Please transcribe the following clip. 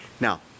now